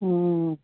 ਹਮ